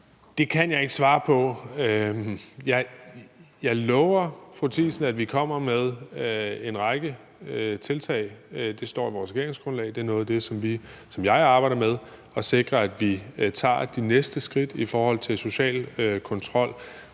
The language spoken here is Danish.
Det kan jeg ikke svare på. Jeg lover fru Mette Thiesen, at vi kommer med en række tiltag. Det står i vores regeringsgrundlag, og det er noget af det, som jeg arbejder med at sikre, altså at vi tager de næste skridt i forhold til social kontrol.